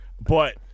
But-